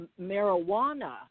marijuana